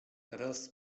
raz